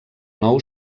nou